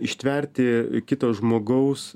ištverti kito žmogaus